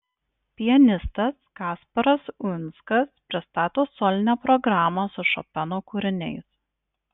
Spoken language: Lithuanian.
pianistas kasparas uinskas pristato solinę programą su šopeno kūriniais